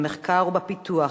במחקר ובפיתוח,